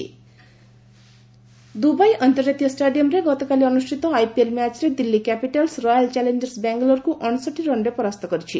ଖେଳ ଦୁବାଇ ଅନ୍ତର୍ଜାତୀୟ ଷ୍ଟାଡିୟମରେ ଗତକାଲି ଅନୁଷ୍ଠିତ ଆଇପିଏଲ୍ ମ୍ୟାଚ୍ରେ ଦିଲ୍ଲୀ କ୍ୟାପିଟାଲସ୍ ରୟାଲ୍ ଚାଲେଞ୍ଜର୍ସ ବାଙ୍ଗାଲୋରକୁ ଅଣଷଠି ରନ୍ରେ ପରାସ୍ତ କରିଛି